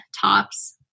tops